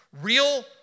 real